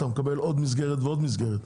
אתה מקבל עוד מסגרת ועוד מסגרת.